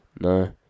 No